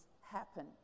happen